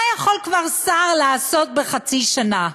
מה כבר יכול שר לעשות בחצי שנה?